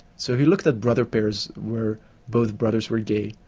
so he looked at brother pairs where both brothers were gay,